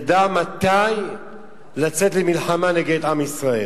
ידע מתי לצאת למלחמה נגד עם ישראל.